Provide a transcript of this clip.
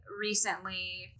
recently